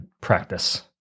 practice